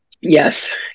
Yes